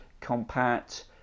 compact